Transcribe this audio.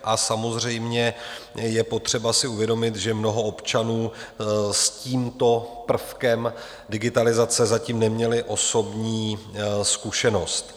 A samozřejmě je potřeba si uvědomit, že mnoho občanů s tímto prvkem digitalizace zatím nemělo osobní zkušenost.